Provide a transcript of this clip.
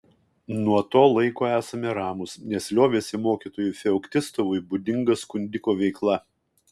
nuo to laiko esame ramūs nes liovėsi mokytojui feoktistovui būdinga skundiko veikla